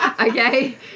Okay